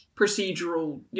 procedural